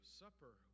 supper